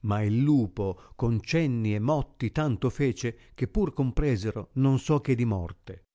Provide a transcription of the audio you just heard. ma il lupo con cenni e motti tanto fece che pur compresero non so che di morte